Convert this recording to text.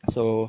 so